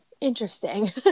interesting